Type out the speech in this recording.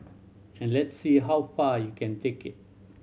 and let's see how far you can take it